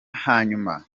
hanyuma